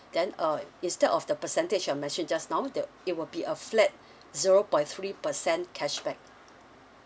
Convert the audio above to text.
then uh instead of the percentage I've mentioned just now that it will be a flat zero point three percent cashback